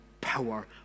power